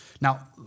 Now